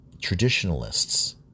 traditionalists